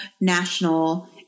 national